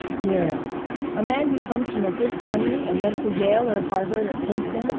muriel a man who comes from a good family and went to yale or harvard or princeton,